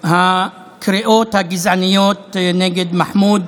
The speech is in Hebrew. הקריאות הגזעניות נגד מחמוד